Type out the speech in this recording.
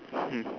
hmm